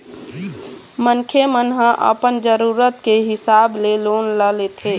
मनखे मन ह अपन जरुरत के हिसाब ले लोन ल लेथे